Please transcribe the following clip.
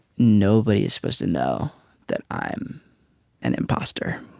nobody is supposed to know that i'm an imposter.